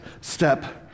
step